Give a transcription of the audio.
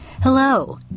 Hello